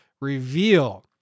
Reveal